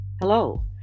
hello